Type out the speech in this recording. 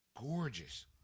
gorgeous